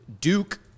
Duke